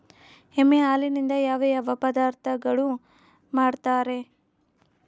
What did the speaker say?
ಎಮ್ಮೆ ಹಾಲಿನಿಂದ ಯಾವ ಯಾವ ಪದಾರ್ಥಗಳು ಮಾಡ್ತಾರೆ?